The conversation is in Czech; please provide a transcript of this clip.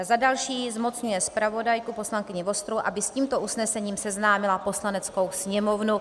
Za další zmocňuje zpravodajku poslankyni Vostrou, aby s tímto usnesením seznámila Poslaneckou sněmovnu.